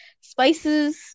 spices